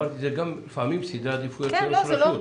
אמרתי שזה לפעמים סדרי עדיפויות של ראש רשות,